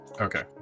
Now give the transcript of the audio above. Okay